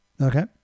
Okay